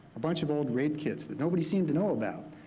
a bunch of old rape kits that nobody seemed to know about.